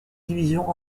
division